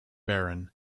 baron